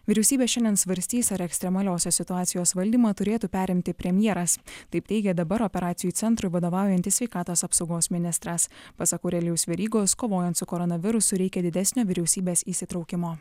vyriausybė šiandien svarstys ar ekstremaliosios situacijos valdymą turėtų perimti premjeras taip teigia dabar operacijų centrui vadovaujantis sveikatos apsaugos ministras pasak aurelijaus verygos kovojant su koronavirusu reikia didesnio vyriausybės įsitraukimo